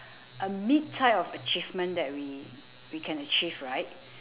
a mid type of achievement that we we can achieve right